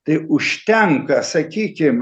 tai užtenka sakykim